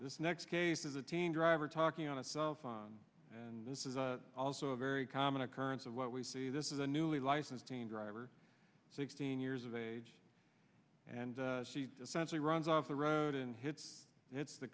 this next case is a teen driver talking on a cell phone and this is a also a very common occurrence of what we see this is a newly licensed teen driver sixteen years of age and she's essentially runs off the road and hits hits the